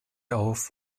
auf